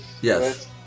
Yes